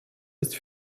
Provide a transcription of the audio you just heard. ist